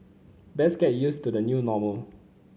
best get used to the new normal